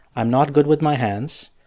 i'm not good with my hands.